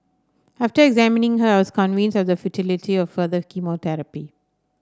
after examining her I was convinced of the futility of further chemotherapy